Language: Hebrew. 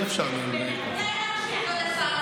אולי נקשיב